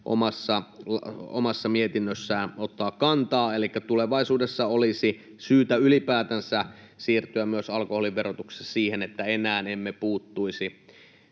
omassa mietinnössään ottaa kantaa. Elikkä tulevaisuudessa olisi syytä ylipäätänsä siirtyä myös alkoholiverotuksessa siihen, että enää emme puuttuisi